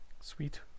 sweet